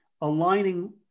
aligning